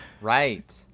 right